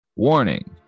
Warning